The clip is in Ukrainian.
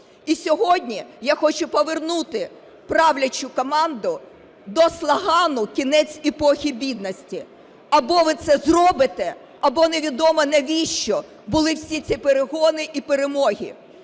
І сьогодні я хочу повернути правлячу команду до слогану "кінець епохи бідності". Або ви це зробите, або невідомо навіщо були всі ці перегони і перемоги.